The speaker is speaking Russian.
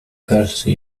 кажется